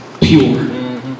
pure